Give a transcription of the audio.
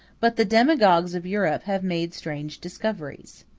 but the demagogues of europe have made strange discoveries.